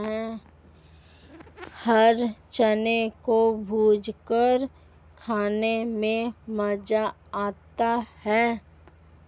हरे चने को भूंजकर खाने में मज़ा आता है